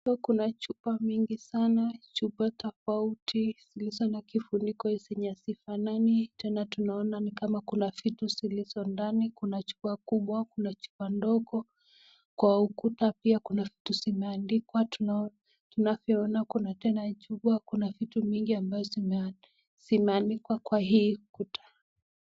Kuna chupa mingi sana, chupa tofauti zilizo na kifuniko zenye hazifanani tena tunaona ni kama kuna vitu zilizo ndani. Kuna chupa kubwa kuna chupa ndogo kwa ukuta pia kuna vitu zimeandikwa tunavyoona kuna tena chupa kuna vitu mingi ambavyo zimeandikwa kwa hii ukuta.